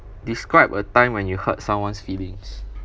describe a time when you hurt someone's feelings